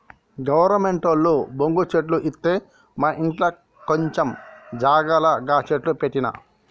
గవర్నమెంటోళ్లు బొంగు చెట్లు ఇత్తె మాఇంట్ల కొంచం జాగల గ చెట్లు పెట్టిన